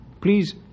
Please